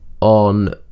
on